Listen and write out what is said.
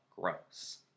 gross